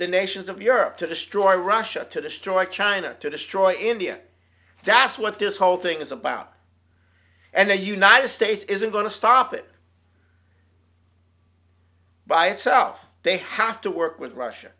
the nations of europe to destroy our russia to destroy china to destroy india that's what this whole thing is about and the united states isn't going to stop it by itself they have to work with russia